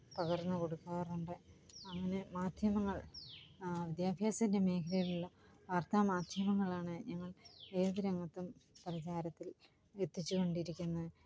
പകര്ന്നുകൊടുക്കാറുണ്ട് അങ്ങനെ മാധ്യമങ്ങള് വിദ്യാഭ്യാസത്തിന്റെ മേഖലകളിൽ വാര്ത്താമാധ്യമങ്ങളാണ് ഞങ്ങള് ഏത് രംഗത്തും പ്രചാരത്തില് എത്തിച്ചുകൊണ്ടിരിക്കുന്നത്